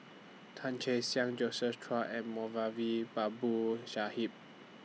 Tan Che Sang Josephine Chia and Moulavi Babu Sahib